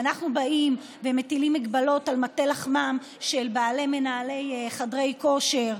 שאנחנו באים ומטילים מגבלות על מטה לחמם של מנהלי חדרי כושר,